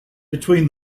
between